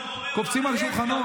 קופצים על שולחנות.